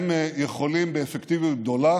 הם יכולים באפקטיביות גדולה